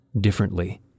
differently